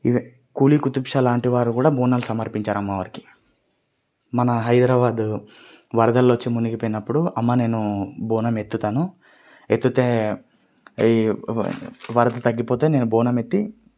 కూలి కుతుబ్షా లాంటి వారు కూడా బోనాలు సమర్పించారు అమ్మవారికి మన హైదరాబాద్ వరదలొచ్చి మునిగిపోయినప్పుడు అమ్మ నేను బోనం ఎత్తుతాను ఎత్తితే వరద తగ్గిపోతే నేను బోనం ఎత్తి